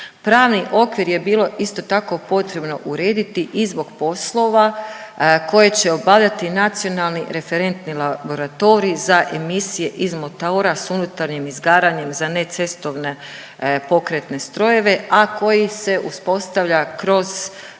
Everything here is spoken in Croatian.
Pravni okvir je bilo isto tako potrebno urediti i zbog poslova koje će obavljati nacionalni referentni laboratorij za emisije iz motora s unutarnjim izgaranjem za necestovne pokretne strojeve, a koji se uspostavlja kroz